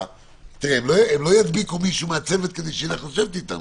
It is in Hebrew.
- הם לא ידביקו מישהו מהצוות כדי שיישב אתם.